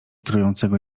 trującego